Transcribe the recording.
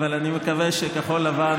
אבל אני מקווה שכחול לבן,